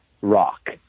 rock